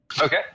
Okay